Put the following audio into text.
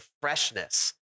freshness